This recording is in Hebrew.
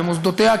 ומוסדותיה,